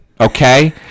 okay